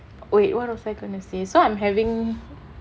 wait what was I gonna say so I'm having